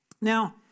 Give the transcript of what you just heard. Now